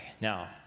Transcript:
Now